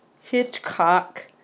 Hitchcock